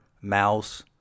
mouse